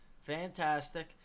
Fantastic